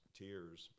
tears